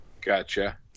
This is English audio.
Gotcha